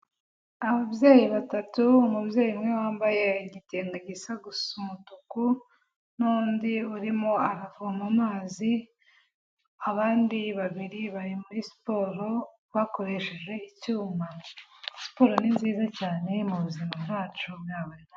Ababyeyi batatu, umubyeyi umwe wambaye igitenge gisa gusa umutuku, n'undi urimo aravoma amazi, abandi babiri bari muri siporo, bakoresheje icyuma, siporo ni nziza cyane mu buzima bwacu.